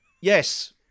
Yes